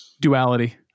duality